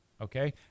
Okay